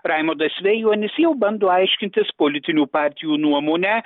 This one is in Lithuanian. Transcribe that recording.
raimondas vėjonis jau bando aiškintis politinių partijų nuomonę